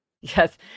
Yes